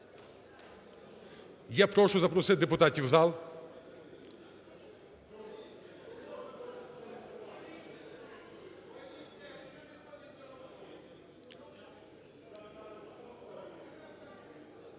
Я прошу запросити депутатів в зал.